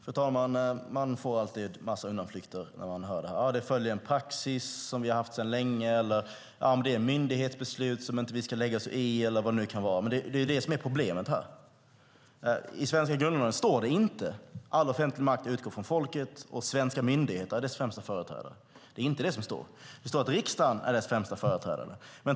Fru talman! Man får alltid höra en massa undanflykter: Det följer en praxis som vi haft sedan länge, det är myndighetsbeslut som vi inte ska lägga oss i och så vidare. Det är detta som är problemet. I den svenska grundlagen står det inte: All offentlig makt i Sverige utgår från folket, och svenska myndigheter är folkets främsta företrädare. Det står att riksdagen är dess främsta företrädare.